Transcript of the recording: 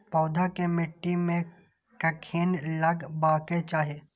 पौधा के मिट्टी में कखेन लगबाके चाहि?